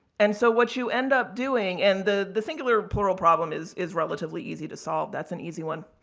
and so, what you end up doing, and the the singular plural problem is is relatively easy to solve. that's an easy one.